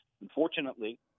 Unfortunately